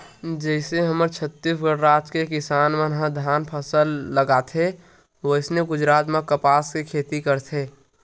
जइसे हमर छत्तीसगढ़ राज के किसान मन धान के फसल लगाथे वइसने गुजरात म कपसा के खेती करथे